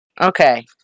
Okay